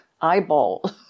eyeball